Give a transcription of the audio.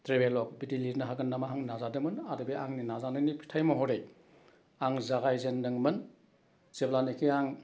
travelogue बिदि लिरनो हागोन नामा आं नाजादोंमोन आरो बे आंनि नाजानायनि फिथाइ महरै आं जागाय जेनदोंमोन जेब्लानाखि आं